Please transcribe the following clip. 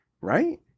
right